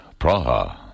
Praha